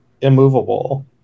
immovable